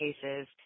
cases